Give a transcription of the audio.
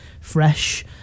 fresh